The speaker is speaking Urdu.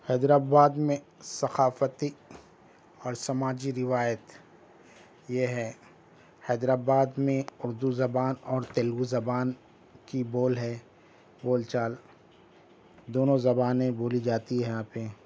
حیدر آباد میں ثقافتی اور سماجی روایت یہ ہے حیدر آباد میں اردو زبان اور تیلگو زبان کی بول ہے بول چال دونوں زبانیں بولی جاتی ہے یہاں پہ